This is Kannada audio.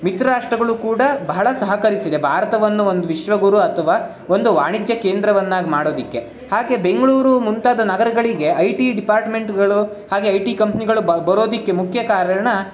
ಮಿತ್ರ ರಾಷ್ಟ್ರಗಳು ಕೂಡ ಬಹಳ ಸಹಕರಿಸಿದೆ ಭಾರತವನ್ನು ಒಂದು ವಿಶ್ವಗುರು ಅಥವಾ ಒಂದು ವಾಣಿಜ್ಯ ಕೇಂದ್ರವನ್ನಾಗಿ ಮಾಡೋದಕ್ಕೆ ಹಾಗೇ ಬೆಂಗಳೂರು ಮುಂತಾದ ನಗರಗಳಿಗೆ ಐ ಟಿ ಡಿಪಾರ್ಟ್ಮೆಂಟ್ಗಳು ಹಾಗೇ ಐ ಟಿ ಕಂಪ್ನಿಗಳು ಬ ಬರೋದಕ್ಕೆ ಮುಖ್ಯ ಕಾರಣ